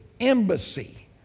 embassy